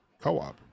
co-op